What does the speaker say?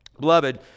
Beloved